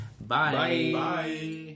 bye